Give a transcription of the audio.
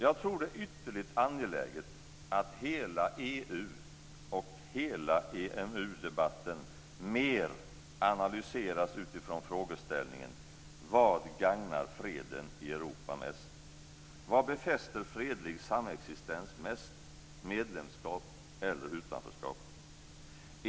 Jag tror att det är ytterligt angeläget att hela EU och hela EMU-debatten mer analyseras utifrån frågeställningen: Vad gagnar freden i Europa mest? Vad befäster fredlig samexistens mest, medlemskap eller utanförskap?